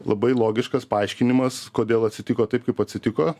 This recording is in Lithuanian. labai logiškas paaiškinimas kodėl atsitiko taip kaip atsitiko